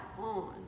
on